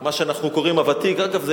מה שאנחנו קוראים "הוותיק" אגב,